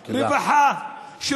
רווחה, תודה.